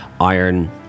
iron